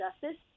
Justice